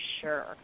sure